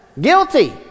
Guilty